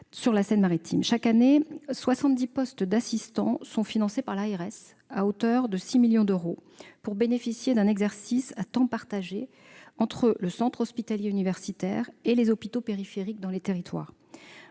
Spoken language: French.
Chaque année, soixante-dix postes d'assistant sont financés par l'ARS, à hauteur de 6 millions d'euros, pour permettre un exercice à temps partagé entre le centre hospitalier universitaire et les hôpitaux périphériques dans les territoires.